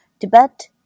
Tibet